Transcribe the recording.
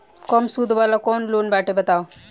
कम सूद वाला कौन लोन बाटे बताव?